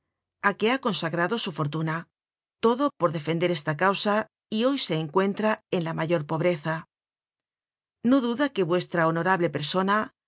á que ha consagrado su fortuna todo por defender esta causa y hoy se encuentra en la mayor povreza no duda que vuestra honorable persona